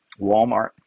Walmart